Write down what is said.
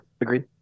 Agreed